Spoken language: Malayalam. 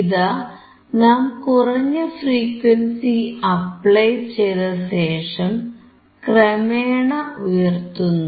ഇതാ നാം കുറഞ്ഞ ഫ്രീക്വൻസി അപ്ലൈ ചെയ്തശേഷം ക്രമേണ ഉയർത്തുന്നു